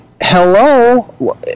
hello